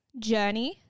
journey